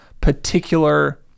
particular